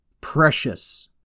precious